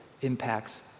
impacts